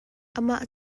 amah